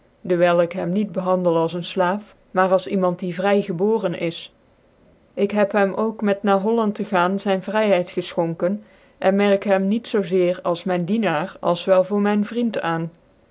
dcwyl ik hem niet handel als een slaaf maar als iemand die vry gebooren is ik beb hem ook met na holland tc gaan zyn vryheid gefchonken en merk hem niet zoo zeer als myn dienaar als wel voor myn vriend aan